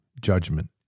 judgment